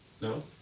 No